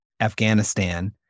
Afghanistan